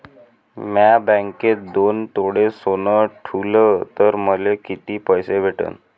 म्या बँकेत दोन तोळे सोनं ठुलं तर मले किती पैसे भेटन